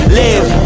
live